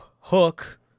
Hook